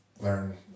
learn